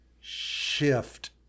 shift